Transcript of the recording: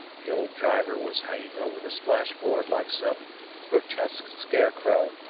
the old driver was hanging over the splash-board like some grotesque scarecrow,